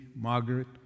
Margaret